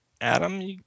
Adam